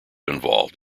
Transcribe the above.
involved